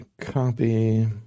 Copy